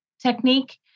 technique